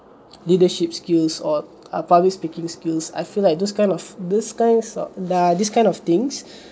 leadership skills or a public speaking skills I feel like those kind of this kind uh this kind of things